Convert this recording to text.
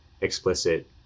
explicit